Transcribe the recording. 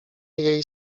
jej